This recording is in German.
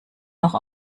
noch